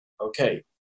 Okay